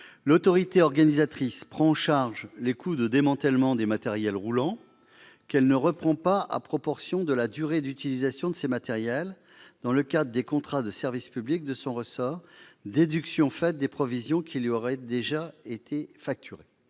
L'autorité organisatrice prend en charge les coûts de démantèlement des matériels roulants qu'elle ne reprend pas à proportion de la durée d'utilisation de ces matériels dans le cadre des contrats de service public de son ressort, déduction faite des provisions qui lui auraient été déjà facturées.